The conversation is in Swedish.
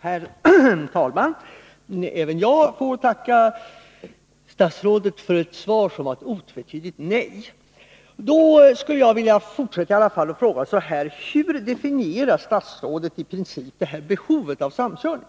Herr talman! Även jag får tacka statsrådet för ett svar som är ett otvetydigt nej. Jag skulle vilja fortsätta att fråga: Hur definierar statsrådet i princip behovet av samkörning?